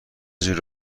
جور